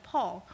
Paul